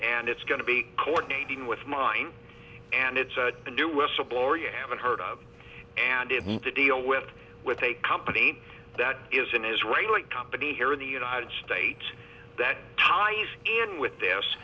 and it's going to be coordinating with mine and it's a new whistleblower you haven't heard of and it was a deal with with a company that is an israeli company here in the united states that ties in with this